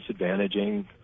disadvantaging